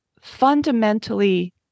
fundamentally